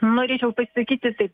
norėčiau pasakyti taip